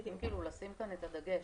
צריכים לשים כאן את הדגש,